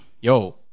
Yo